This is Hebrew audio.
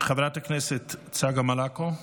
חברת הכנסת צגה מלקו,